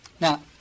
Now